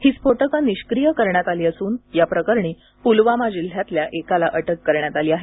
ही स्फोटकं निष्क्रीय करण्यात आली असून या प्रकरणी पुलवामा जिल्ह्यातल्या एकाला अटक करण्यात आली आहे